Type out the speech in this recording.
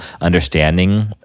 understanding